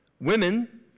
Women